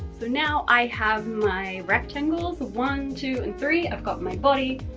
so now i have my rectangles one, two and three. i've got my body,